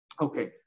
Okay